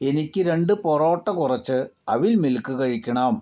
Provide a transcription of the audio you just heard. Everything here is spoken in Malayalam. എനിക്ക് രണ്ട് പൊറോട്ട കുറച്ച് അവിൽ മിൽക്ക് കഴിക്കണം